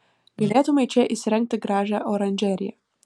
galėtumei čia įsirengti gražią oranžeriją